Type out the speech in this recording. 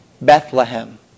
Bethlehem